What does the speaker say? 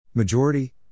Majority